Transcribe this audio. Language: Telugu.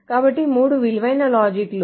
కాబట్టి మూడు విలువైన లాజిక్ లు